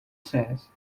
says